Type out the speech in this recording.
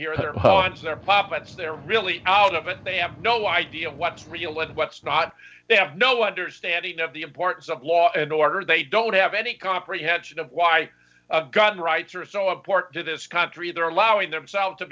puppets they're really out of it they have no idea of what's real and what's not they have no understanding of the importance of law and order they don't have any comprehension of why gun rights are so important to this country they are allowing themselves to